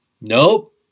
Nope